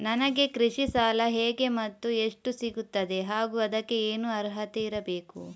ನನಗೆ ಕೃಷಿ ಸಾಲ ಹೇಗೆ ಮತ್ತು ಎಷ್ಟು ಸಿಗುತ್ತದೆ ಹಾಗೂ ಅದಕ್ಕೆ ಏನು ಅರ್ಹತೆ ಇರಬೇಕು?